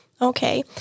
Okay